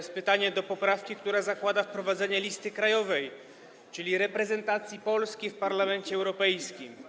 Mam pytanie dotyczące poprawki, która zakłada wprowadzenie listy krajowej, czyli reprezentacji Polski w Parlamencie Europejskim.